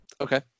Okay